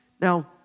Now